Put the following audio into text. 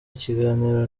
ikiganiro